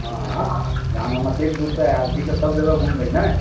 हँ जहन हम एते दूरसँ आयल छी तऽ सब जगह घूमबै ने